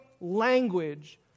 language